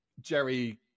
Jerry